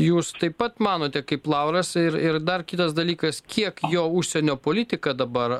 jūs taip pat manote kaip lauras ir ir dar kitas dalykas kiek jo užsienio politika dabar